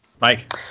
Mike